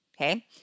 okay